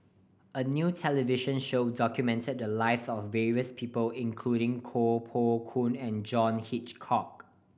a new television show documented the lives of various people including Koh Poh Koon and John Hitchcock